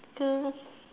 the